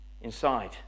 inside